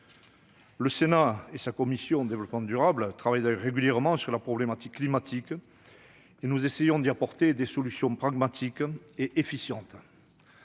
du territoire et du développement durable, travaille régulièrement sur la problématique climatique à laquelle nous essayons d'apporter des solutions pragmatiques et efficientes.